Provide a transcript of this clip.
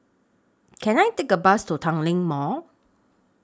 Can I Take A Bus to Tanglin Mall